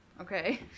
Okay